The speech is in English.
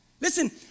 Listen